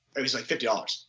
it was like fifty dollars.